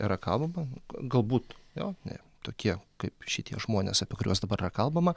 yra kalbama galbūt jo ne tokie kaip šitie žmonės apie kuriuos dabar yra kalbama